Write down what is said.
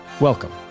Welcome